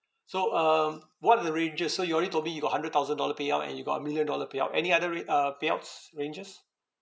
so um what are the ranges so you only told me you got hundred thousand dollar payout and you got a million dollar payout any other ra~ uh payouts ranges